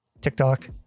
TikTok